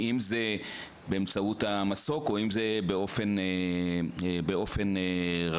אם זה באמצעות המסוק או אם זה באופן רכוב.